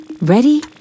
Ready